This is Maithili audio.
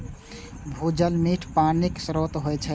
भूजल मीठ पानिक स्रोत होइ छै